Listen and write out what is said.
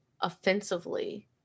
offensively